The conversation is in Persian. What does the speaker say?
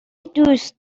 دوست